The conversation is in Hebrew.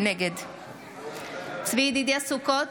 נגד צבי ידידיה סוכות,